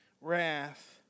wrath